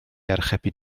archebu